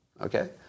Okay